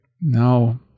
No